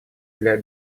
для